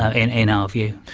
ah in in our view.